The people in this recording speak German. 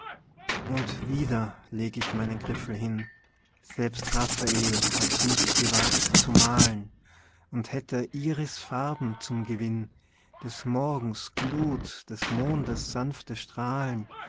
und wieder leg ich meinen griffel hin selbst raphael hat's nicht gewagt zu malen und hätt er iris farben zum gewinn des morgens glut des mondes sanfte strahlen